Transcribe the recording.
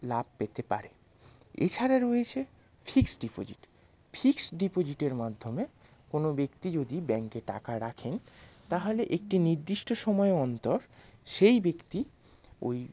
লাভ পেতে পারে এছাড়া রয়েছে ফিক্স ডিপোজিট ফিক্স ডিপোজিটের মাধ্যমে কোনও ব্যক্তি যদি ব্যাঙ্কে টাকা রাখেন তাহলে একটি নির্দিষ্ট সময় অন্তর সেই ব্যক্তি ওই